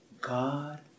God